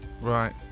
Right